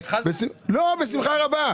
בשמחה רבה.